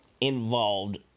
involved